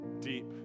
deep